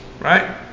right